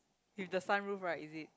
with the sunroof right is it